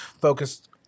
focused